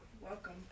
welcome